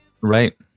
Right